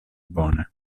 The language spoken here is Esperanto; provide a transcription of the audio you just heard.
bone